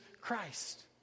Christ